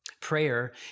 Prayer